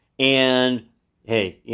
and hey,